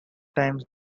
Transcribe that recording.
times